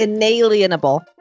Inalienable